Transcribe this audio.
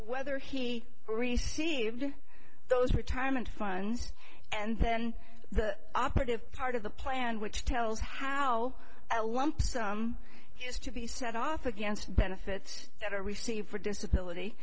whether he received those retirement funds and then the operative part of the plan which tells how a lump sum has to be set off against benefits that are we see for disability